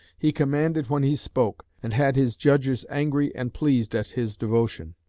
he commanded when he spoke, and had his judges angry and pleased at his devotion.